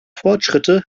fortschritte